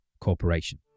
corporation